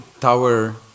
tower